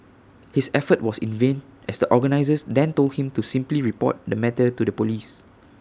his effort was in vain as the organisers then told him to simply report the matter to the Police